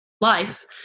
life